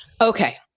Okay